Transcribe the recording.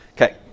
Okay